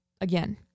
again